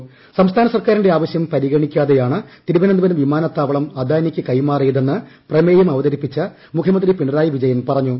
സ്ട്രസ്ഥാന സർക്കാരിന്റെ ആവശ്യം പരിഗണിക്കാതെയാണ് തിരുവനന്തപുരം വിമാനത്താവളം അദാനിക്ക് കൈമാറിയതെന്ന് പ്രമേയം അവതരിപ്പിച്ച മുഖ്യമന്ത്രി പിണറായി വിജയൻ പറഞ്ഞു